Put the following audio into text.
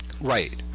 Right